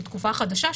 של תקופה חדשה,